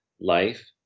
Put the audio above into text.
life